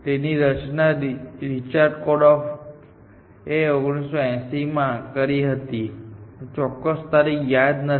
તેની રચના Richard Korf એ 1980 માં કરી હતી ચોક્કસ તારીખ યાદ નથી